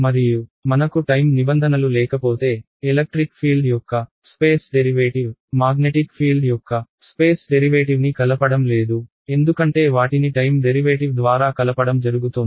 మరియు మనకు టైమ్ నిబంధనలు లేకపోతే ఎలక్ట్రిక్ ఫీల్డ్ యొక్క స్పేస్ డెరివేటివ్ మాగ్నెటిక్ ఫీల్డ్ యొక్క స్పేస్ డెరివేటివ్ని కలపడం లేదు ఎందుకంటే వాటిని టైమ్ డెరివేటివ్ ద్వారా కలపడం జరుగుతోంది